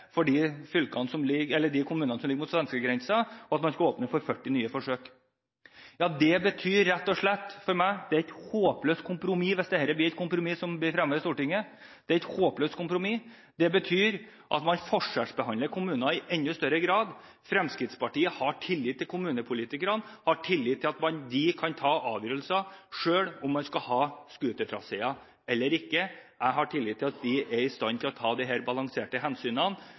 de kommunene som ligger mot svenskegrensen, og at man skal åpne for 40 nye forsøk. Ja, det betyr – rett og slett – for meg et håpløst kompromiss, hvis dette blir fremmet i Stortinget. Det betyr at man forskjellsbehandler kommuner i enda større grad. Fremskrittspartiet har tillit til kommunepolitikerne – tillit til at de kan ta avgjørelser selv om hvorvidt man skal ha snøscootertraseer eller ikke. Jeg har tillit til at de er i stand til å ta disse balanserte hensynene,